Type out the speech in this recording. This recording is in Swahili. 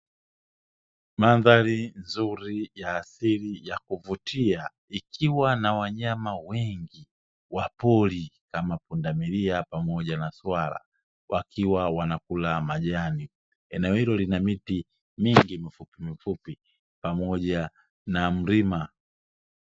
Mandhari nzuri ya asili ya kuvutia, ikiwa na wanyama wengi wa pori kama pundamilia pamoja na swala; wakiwa wanakula majani. Eneo hilo lina miti mingi mifupimifupi pamoja na mlima.